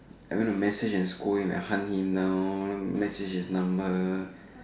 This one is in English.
I went to message in school and hunt him down message his number